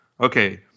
okay